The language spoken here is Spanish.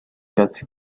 casi